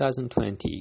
2020